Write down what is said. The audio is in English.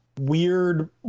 weird